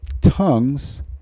Tongues